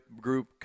group